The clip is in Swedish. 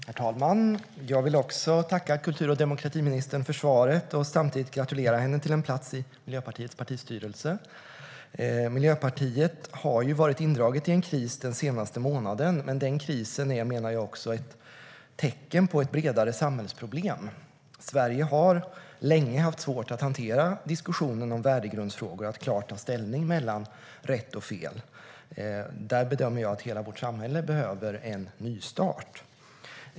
Herr talman! Jag vill också tacka kultur och demokratiministern för svaret och samtidigt gratulera henne till en plats i Miljöpartiets partistyrelse. Miljöpartiet har ju varit indraget i en kris den senaste månaden. Den krisen är också ett tecken på ett bredare samhällsproblem, menar jag. Sverige har länge haft svårt att hantera diskussionen om värdegrundsfrågor och att klart ta ställning mellan rätt och fel. Här bedömer jag att hela vårt samhälle behöver en nystart.